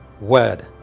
word